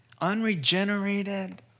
Unregenerated